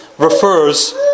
refers